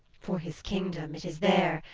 for his kingdom, it is there,